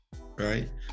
right